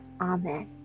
Amen